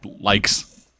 likes